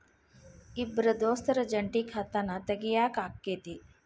ಇಬ್ರ ದೋಸ್ತರ ಜಂಟಿ ಖಾತಾನ ತಗಿಯಾಕ್ ಆಕ್ಕೆತಿ?